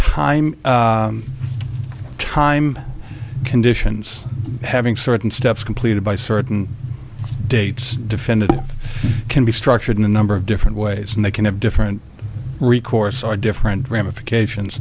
time time conditions having certain steps completed by certain dates defendant can be structured in a number of different ways and they can have different recourse are different ramifications